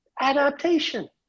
adaptation